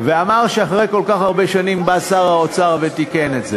ואמר שאחרי כל כך הרבה שנים בא שר האוצר ותיקן את זה,